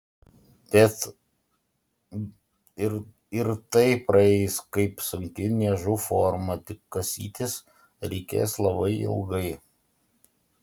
bet ir tai praeis kaip sunki niežų forma tik kasytis reikės labai ilgai